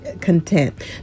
content